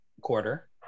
quarter